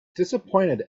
disappointed